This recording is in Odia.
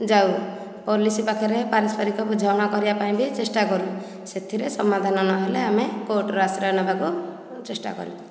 ଯାଉ ପୋଲିସ୍ ପାଖରେ ପାରସ୍ପରିକ ବୁଝାମଣା କରିବା ପାଇଁ ବି ଚେଷ୍ଟା କରୁ ସେଥିରେ ସମାଧାନ ନ ହେଲେ ଆମେ କୋର୍ଟର ଆଶ୍ରୟ ନେବାକୁ ଚେଷ୍ଟା କରୁ